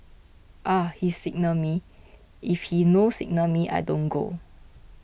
ah he signal me if he no signal me I don't go